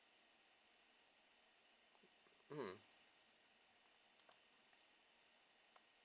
mm